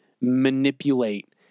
manipulate